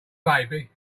baby